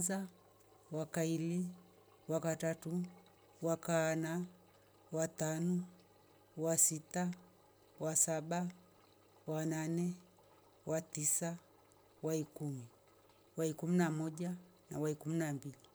Mweri wa kwansa. wakaili. wakatatu. wakaana. watanu. wasita. wasaba. wanane. watisa. waikumi. waikumi na moja na waikumi na mbili